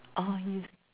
ah yes